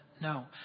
No